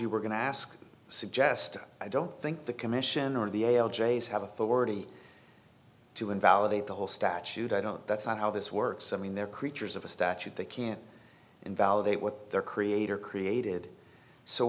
you were going to ask suggest i don't think the commissioner of the a l j is have authority to invalidate the whole statute i don't that's not how this works i mean they're creatures of a statute they can't invalidate what their creator created so